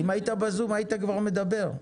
אם היית בזום היית כבר מדבר.